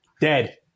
dead